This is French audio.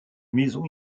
maisons